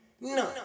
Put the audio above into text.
No